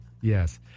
Yes